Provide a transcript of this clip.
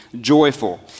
joyful